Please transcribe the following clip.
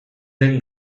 den